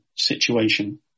Situation